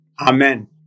Amen